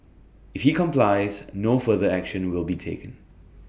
if he complies no further action will be taken